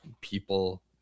people